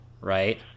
right